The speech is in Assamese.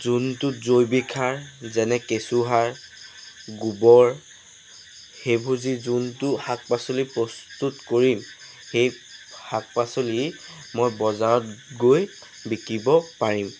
যোনটো জৈৱিক সাৰ যেনে কেঁচু সাৰ গোবৰ সেইবোৰ যি যোনটো শাক পাচলি প্ৰস্তুত কৰিম সেই শাক পাচলি মই বজাৰত গৈ বিকিব পাৰিম